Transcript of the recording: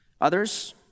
others